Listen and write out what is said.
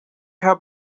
hab